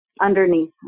underneath